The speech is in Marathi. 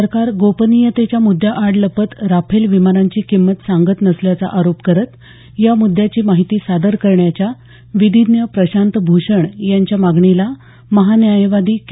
सरकार गोपनीयतेच्या मुद्द्याआड लपत राफेल विमानांची किंमत सांगत नसल्याचा आरोप करत या मुद्द्याची माहिती सादर करण्याच्या विधीज्ञ प्रशांत भूषण यांच्या मागणीला महान्यायवादी के